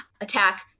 attack